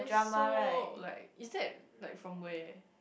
so like is that like from where